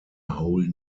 whole